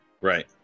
right